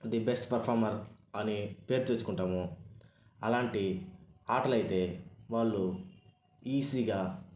the best performer అని పేరు తెచ్చుకుంటాము అలాంటి ఆటలయితే వాళ్ళు ఈజీగా